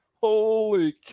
Holy